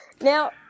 Now